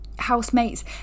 housemates